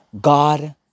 God